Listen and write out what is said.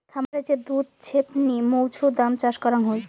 খামারে যে দুধ ছেপনি মৌছুদাম চাষ করাং হই